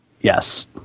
Yes